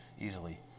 easily